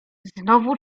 znowu